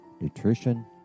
nutrition